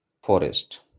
forest